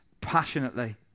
passionately